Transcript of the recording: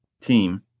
team